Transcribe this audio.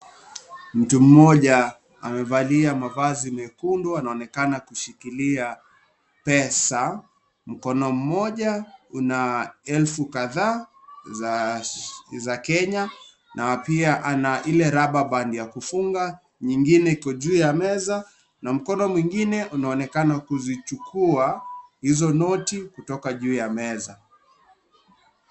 Mtu mmoja amevalia mavazi mekundu anaonekana kushikilia pesa, mkono moja una elfu kadhaa za Kenya na pia ana Ile (CS)rubber band(CS)ya kufunga, nyingine iko juu ya meza na mkono mwingine unaonekana kuzichukua hizo noti kutoka juu ya meza.